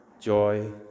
joy